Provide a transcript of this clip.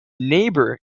neighbour